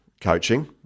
coaching